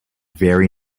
very